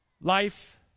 Life